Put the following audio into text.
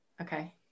Okay